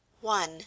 one